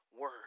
word